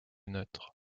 neutre